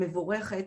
פעילות מבורכת.